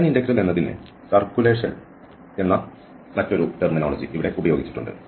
line integral എന്നതിന് circulation എന്ന മറ്റൊരു ടെർമിനോളജി ഇവിടെ ഉപയോഗിച്ചിട്ടുണ്ട്